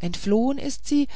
entflohen ist sie